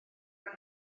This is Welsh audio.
ddim